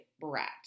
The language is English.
brat